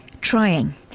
Trying